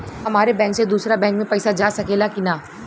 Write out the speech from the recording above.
हमारे बैंक से दूसरा बैंक में पैसा जा सकेला की ना?